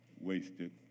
wasted